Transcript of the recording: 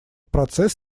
процесс